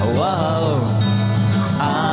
whoa